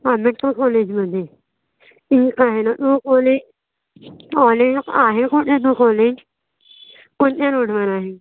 आंबेडकर कॉलेजमध्ये ठीक आहे ना तो कॉलेज कॉलेज आहे कुठे तो कॉलेज कोणत्या रोडवर आहे